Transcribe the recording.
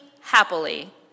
happily